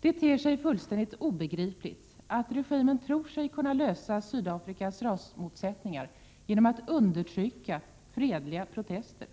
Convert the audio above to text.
Det ter sig fullständigt obegripligt att regimen tror sig kunna lösa Sydafrikas rasmotsättningar genom att undertrycka fredliga protester.